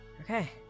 Okay